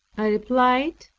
i replied,